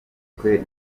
twe